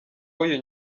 w’uyu